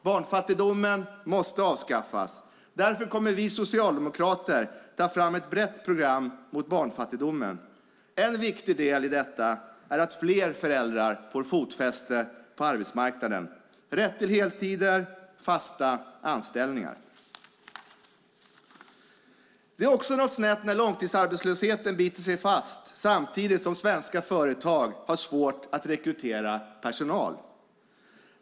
Barnfattigdomen måste avskaffas. Därför kommer vi socialdemokrater att ta fram ett brett program mot barnfattigdomen. En viktig del i detta är att fler föräldrar får fotfäste på arbetsmarknaden samt rätt till heltid och fast anställning. Det är också något snett när långtidsarbetslösheten biter sig fast samtidigt som svenska företag har svårt att rekrytera personal.